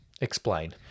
explain